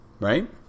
Right